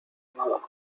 nada